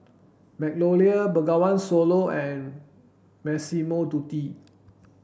Magnolia Bengawan Solo and Massimo Dutti